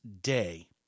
day